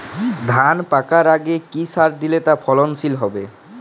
ধান পাকার আগে কি সার দিলে তা ফলনশীল হবে?